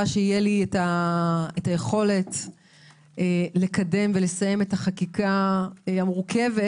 שתהיה לי היכולת לקדם ולסיים את החקירה המורכבת